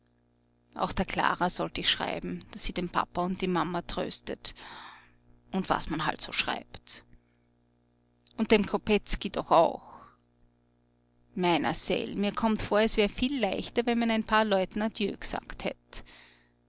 auch der klara sollt ich schreiben daß sie den papa und die mama tröstet und was man halt so schreibt und dem kopetzky doch auch meiner seel mir kommt vor es wär viel leichter wenn man ein paar leuten adieu gesagt hätt